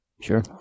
Sure